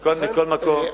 מכל מקום,